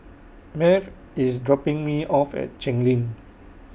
Math IS dropping Me off At Cheng Lim